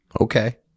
Okay